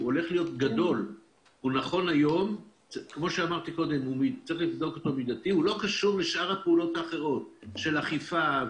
והוא לא קשור לפעולות אחרות כגון אכיפה,